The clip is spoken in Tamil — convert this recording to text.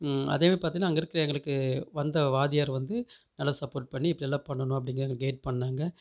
அதே மாரி பார்த்தீங்கன்னா அங்கே இருக்கற எங்களுக்கு வந்த வாத்தியார் வந்து நல்லா சப்போர்ட் பண்ணி இப்படி எல்லாம் பண்ணனும் அப்படிங்கிற எங்களுக்கு கெயிட் பண்ணாங்க